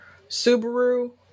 Subaru